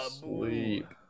sleep